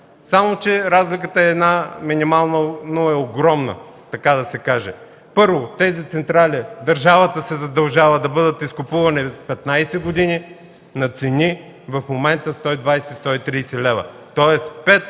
Само че разликата е минимална, но огромна, така да се каже. Първо, в тези централи държавата се задължава да бъдат изкупувани 15 години на цени, в момента 120-130 лв. Тоест,